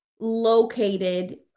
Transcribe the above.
located